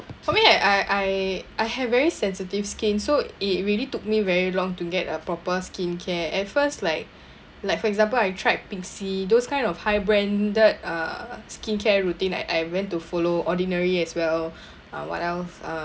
for me I I I I have very sensitive skin so it really took me very long to get a proper skincare at first like like for example I tried Pixi those kind of high branded uh skincare routine I I went to follow Ordinary as well uh what else uh